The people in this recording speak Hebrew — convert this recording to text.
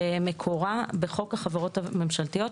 שמקורה בחוק החברות הממשלתיות,